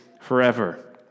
forever